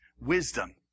wisdom